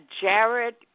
Jared